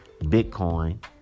Bitcoin